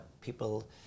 people